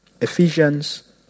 Ephesians